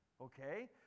okay